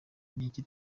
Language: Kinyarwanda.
niki